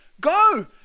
go